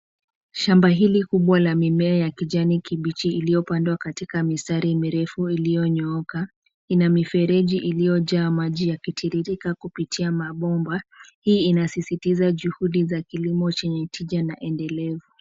Shamba hili kubwa la mimea ya kijani kibichi iliyopandwa katika mistari mirefu iliyonyooka, ina mifereji iliyojaa maji yakitiririka kupitia mabomba. Hii inasisitiza juhudi za kilimo chenye tija na endelevu.